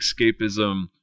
escapism